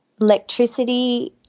electricity